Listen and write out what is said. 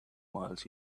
miles